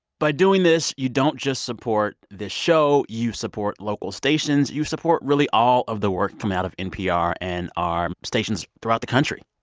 by doing this, you don't just support this show. you support local stations. you support really all of the work coming out of npr and our stations throughout the country.